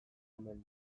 omen